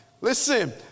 Listen